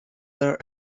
there